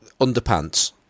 underpants